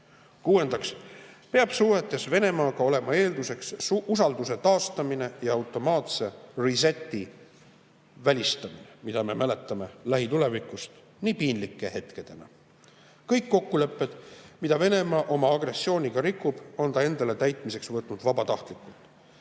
NATO‑t.Kuuendaks peab suhetes Venemaaga olema eelduseks usalduse taastamine ja automaatsereset'i välistamine, mida me mäletame lähi[minevikust] nii piinlike hetkedena. Kõik kokkulepped, mida Venemaa oma agressiooniga rikub, on ta endale täitmiseks võtnud vabatahtlikult.